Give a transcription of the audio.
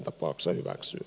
se on selvää